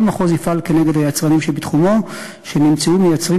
כל מחוז יפעל נגד היצרנים שבתחומו אשר נמצאו